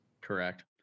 Correct